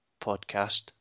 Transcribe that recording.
podcast